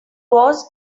was